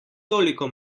toliko